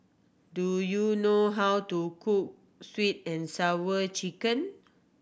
do you know how to cook Sweet And Sour Chicken